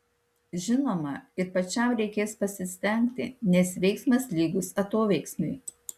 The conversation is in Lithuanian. žinoma ir pačiam reikės pasistengti nes veiksmas lygus atoveiksmiui